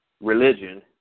religion